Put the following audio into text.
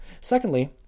Secondly